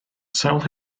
sawl